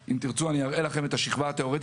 זה בא לידי ביטוי גם בהחלטות ממשלה שהיו לגבי אזורי חיץ